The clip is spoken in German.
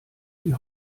die